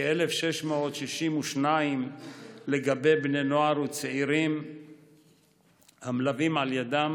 כ-1,662 לגבי בני נוער וצעירים המלווים על ידם,